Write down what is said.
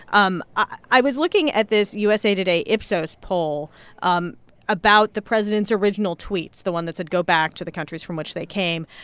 um i was looking at this usa today ipsos poll um about the president's original tweets the one that said go back to the countries from which they came.